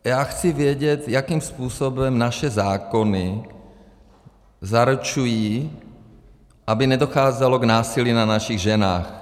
Já chci vědět, jakým způsobem naše zákony zaručují, aby nedocházelo k násilí na našich ženách.